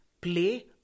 play